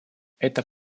это